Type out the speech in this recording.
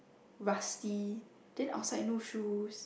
rusty then outside no shoes